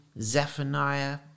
Zephaniah